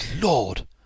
Lord